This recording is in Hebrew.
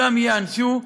ייענשו,